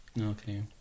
Okay